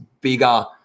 bigger